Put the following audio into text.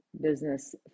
business